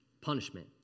Punishment